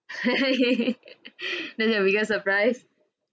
don't have biggest surprise